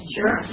Sure